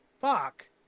Fuck